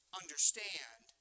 understand